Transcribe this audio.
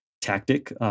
tactic